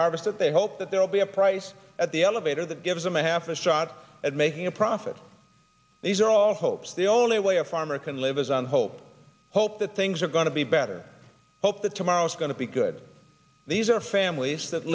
harvest it they hope that there will be a price at the elevator that gives them a half a shot at making a profit these are all hopes the only way a farmer can live is on hope hope that things are going to be better hope that tomorrow is going to be good these are families that